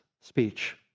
speech